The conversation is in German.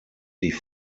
die